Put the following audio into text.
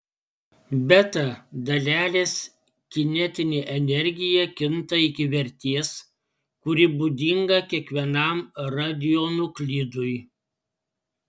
beta dalelės kinetinė energija kinta iki vertės kuri būdinga kiekvienam radionuklidui